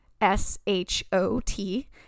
S-H-O-T